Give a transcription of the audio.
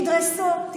תקשיב, תדרסו.